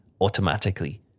automatically